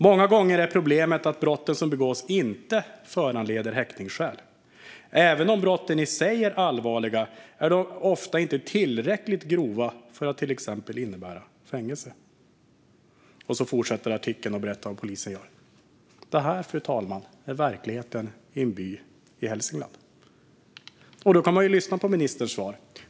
Många gånger är problemet att de brott som begås inte ger skäl för häktning. Även om brotten i sig är allvarliga är de ofta inte tillräckligt grova för att till exempel innebära fängelse. Artikeln fortsätter sedan att berätta vad polisen gör. Det här, fru talman, är verkligheten i en by i Hälsingland. Då kan man ju lyssna på ministerns svar.